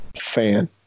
fan